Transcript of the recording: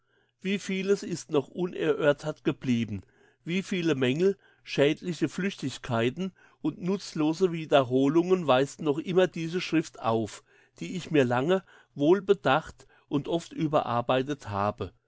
wie vieles ist noch unerörtert geblieben wie viele mängel schädliche flüchtigkeiten und nutzlose wiederholungen weist noch immer diese schrift auf die ich mir lange wohl bedacht und oft überarbeitet habe